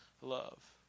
love